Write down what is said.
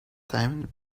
diamond